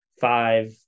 five